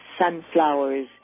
sunflowers